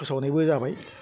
फोसावनायबो जाबाय